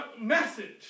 message